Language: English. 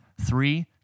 Three